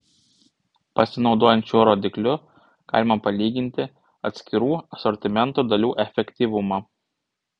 pasinaudojant šiuo rodikliu galima palyginti atskirų asortimento dalių efektyvumą